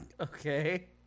Okay